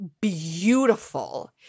beautiful